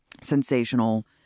sensational